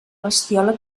bestiola